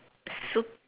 super